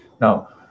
Now